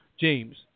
James